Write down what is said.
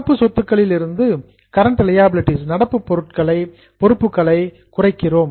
நடப்பு சொத்துக்களில் இருந்து கரண்ட் லியாபிலிடீஸ் நடப்பு பொறுப்புகளை குறைக்கிறோம்